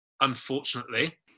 unfortunately